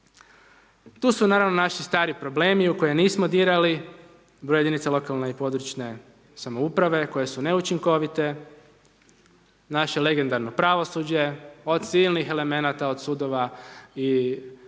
Tu su naravno naši stari problemi u koje nismo dirali, broj jedinica lokalne i područne samouprave koje su neučinkovite, naše legendarno pravosuđe od silnih elemenata, od sudova i Državnog